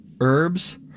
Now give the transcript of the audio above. herbs